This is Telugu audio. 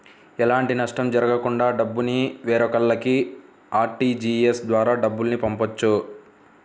ఎలాంటి నష్టం జరగకుండా డబ్బుని వేరొకల్లకి ఆర్టీజీయస్ ద్వారా డబ్బుల్ని పంపొచ్చు